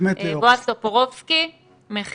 בועז טופורובסקי.